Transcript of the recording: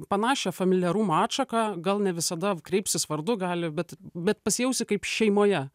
panašią familiarumo atšaką gal ne visada kreipsis vardu gali bet bet pasijausi kaip šeimoje